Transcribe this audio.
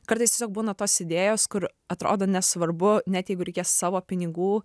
kartais tiesiog būna tos idėjos kur atrodo nesvarbu net jeigu reikės savo pinigų